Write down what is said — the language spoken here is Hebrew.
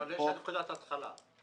אבל יש נקודת התחלה.